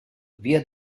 via